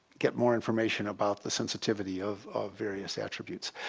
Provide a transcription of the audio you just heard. get more information about the sensitivity of various attributes.